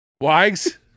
Wags